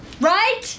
Right